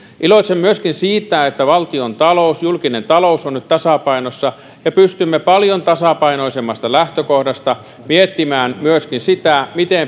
iloitsen myöskin siitä että valtiontalous julkinen talous on nyt tasapainossa ja pystymme paljon tasapainoisemmasta lähtökohdasta miettimään myöskin sitä miten